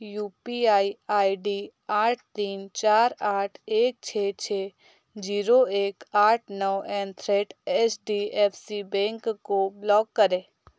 you P I I D आठ तीन चार आठ एक छः छः शून्य एक आठ नौ at the rate H D F C bank को ब्लॉक करें